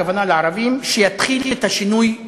הכוונה לערבים שיתחיל את השינוי מתוכו.